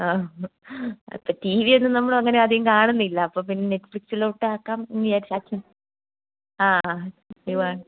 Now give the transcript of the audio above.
ആ ഹ ഇപ്പം ടീവിയൊന്നും നമ്മളങ്ങനെ അധികം കാണുന്നില്ല അപ്പോൾ പിന്നെ നെറ്റ്ഫ്ലിക്സിലോട്ടാക്കാം എന്ന് വിചാരിച്ചാക്കി ആ ഹാ നീ പ